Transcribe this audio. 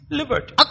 liberty